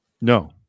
no